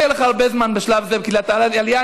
לא יהיה לך הרבה זמן בשלב זה לקליטת עלייה.